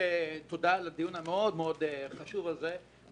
תודה על הדיון המאוד מאוד חשוב הזה.